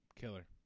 killer